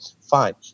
fine